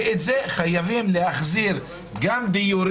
ואת זה חייבים להחזיר גם דה יורה